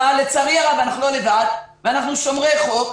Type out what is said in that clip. אבל לצערי הרב אנחנו לא לבד ואנחנו שומרי חוק,